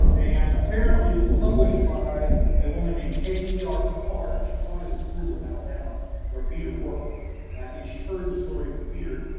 and apparently, it was published by a woman named kate e r. pickard. she taught at a school in alabama where peter worked and i think she heard the story from peter,